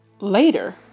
Later